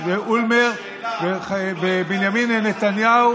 אני רוצה לומר לך שכשלפיד שאל אותך את השאלה,